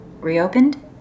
reopened